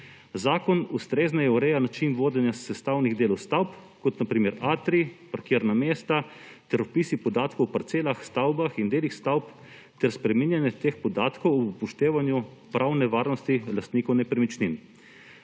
Zakon ustrezneje ureja način vodenja sestavnih delov stavb, kot na primer atrij, parkirna mesta, ter vpisi podatkov o parcelah, stavbah in delih stavb ter spreminjanje teh podatkov ob upoštevanju pravne varnosti lastnikov nepremičnin.